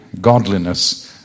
godliness